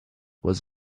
was